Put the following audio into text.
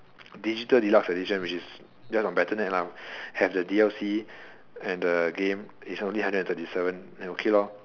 digital deluxe edition which is just on battle net have the D_L_C and the game and is only hundred and thirty seven then okay